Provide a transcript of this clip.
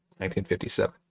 1957